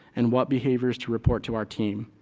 and what behaviors to report to our team.